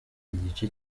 igice